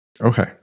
Okay